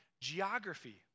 geography